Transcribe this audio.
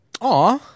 Aw